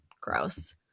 gross